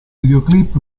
videoclip